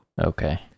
Okay